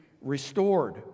restored